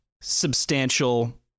substantial